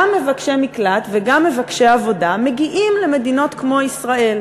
גם מבקשי מקלט וגם מבקשי עבודה מגיעים למדינות כמו ישראל,